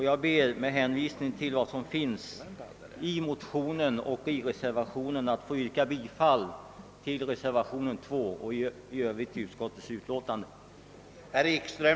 Jag bér med hänvisning till vad som står i motionerna och i reservationen att få yrka bifall till reservationen II och i övrigt till utskottets hemställan.